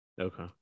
okay